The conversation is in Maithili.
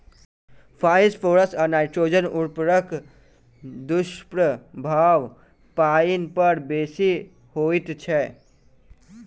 फास्फोरस आ नाइट्रोजन उर्वरकक दुष्प्रभाव पाइन पर बेसी होइत छै